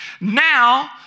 Now